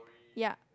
ya